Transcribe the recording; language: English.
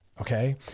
okay